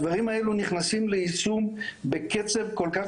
הדברים האלו נכנסים ליישום בקצב כל כך